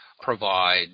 provide